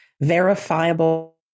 verifiable